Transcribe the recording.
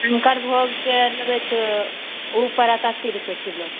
शङ्करभोगके लेबै तऽ से ओ पड़त अस्सी रुपए किलो